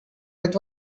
but